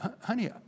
Honey